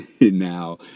Now